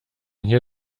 hier